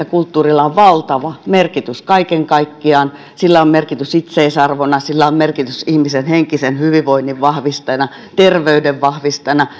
kulttuurilla on valtava merkitys kaiken kaikkiaan sillä on merkitys itseisarvona sillä on merkitys ihmisen henkisen hyvinvoinnin vahvistajana terveyden vahvistajana